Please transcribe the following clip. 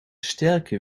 sterke